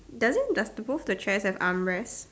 doesn't does both the chairs have arm rest